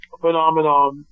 phenomenon